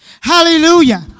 Hallelujah